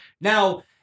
now